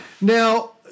Now